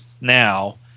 Now